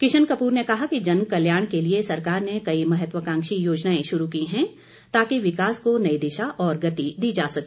किशन कपूर ने कहा कि जन कल्याण के लिए सरकार ने कई महत्वाकांक्षी योजनाएं शुरू की हैं ताकि विकास को नई दिशा और गति दी जा सके